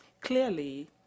Clearly